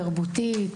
תרבותית,